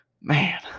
man